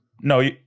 No